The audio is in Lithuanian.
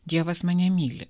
dievas mane myli